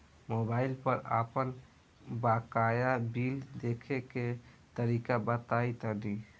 Mobile पर आपन बाकाया बिल देखे के तरीका बताईं तनि?